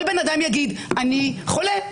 כל בן אדם יגיד "אני חולה".